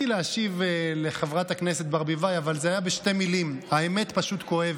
אתה רוצה,